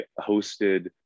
hosted